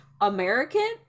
american